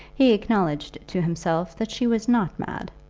he acknowledged to himself that she was not mad,